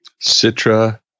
Citra